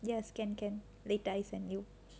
yes can can later I send you